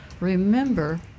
Remember